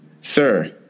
sir